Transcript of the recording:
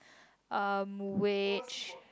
um which